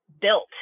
built